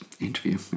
interview